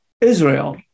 Israel